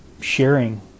sharing